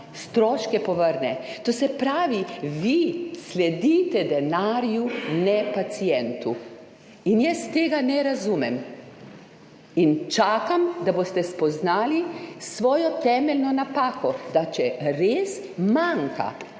stroške povrne. To se pravi, vi sledite denarju, ne pacientu. Jaz tega ne razumem in čakam, da boste spoznali svojo temeljno napako, da če res manjka